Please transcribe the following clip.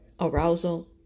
Arousal